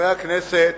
חברי הכנסת,